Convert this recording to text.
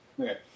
Okay